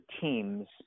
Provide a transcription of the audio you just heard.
teams